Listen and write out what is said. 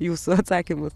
jūsų atsakymus